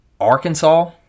Arkansas